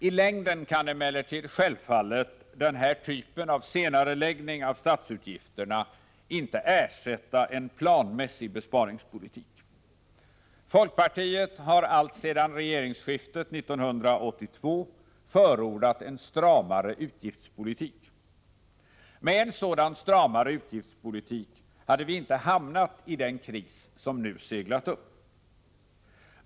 I längden kan emellertid självfallet den här typen av senareläggning av statsutgifterna inte ersätta en planmässig besparingspolitik. Folkpartiet har alltsedan regeringsskiftet 1982 förordat en stramare utgiftspolitik. Med en sådan stramare utgiftspolitik hade vi inte hamnat i den kris som nu seglat upp.